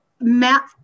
Matt